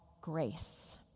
grace